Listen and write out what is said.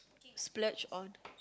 splurge on